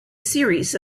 series